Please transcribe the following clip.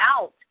out